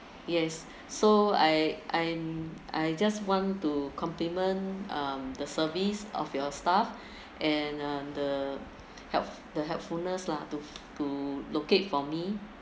yes so I I'm I just want to compliment um the service of your staff and uh the help the helpfulness lah to to locate for me